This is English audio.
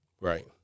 Right